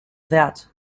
that